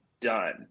done